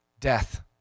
death